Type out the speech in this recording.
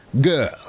girl